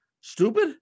stupid